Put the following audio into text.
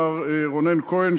מר רונן כהן,